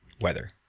Weather